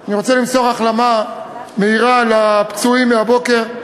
אני רוצה למסור החלמה מהירה לפצועים מהבוקר.